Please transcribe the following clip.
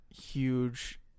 huge